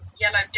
Yellow